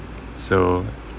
so